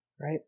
Right